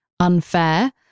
unfair